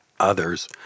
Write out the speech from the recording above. Others